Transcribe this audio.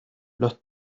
los